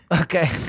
Okay